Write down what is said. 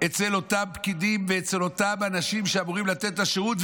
אצל אותם פקידים ואצל אותם אנשים שאמורים לתת את השירות,